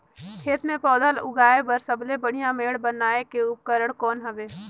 खेत मे पौधा उगाया बर सबले बढ़िया मेड़ बनाय के उपकरण कौन हवे?